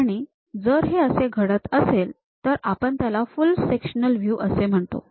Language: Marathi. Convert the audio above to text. आणि जर हे असे घडत असेल तर आपण त्याला फुल सेक्शनल व्हयू असे म्हणतो